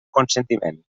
consentiment